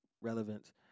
relevance